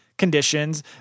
conditions